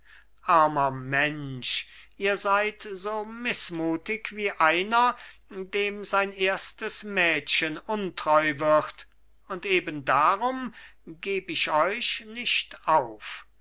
armer mensch ihr seid so mißmütig wie einer dem sein erstes mädchen untreu wird und eben darum geb ich euch nicht auf